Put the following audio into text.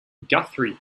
guthrie